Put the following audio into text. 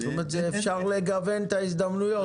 זאת אומרת אפשר לגוון את ההזדמנויות.